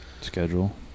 schedule